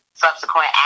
Subsequent